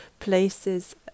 places